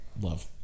Love